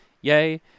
Yay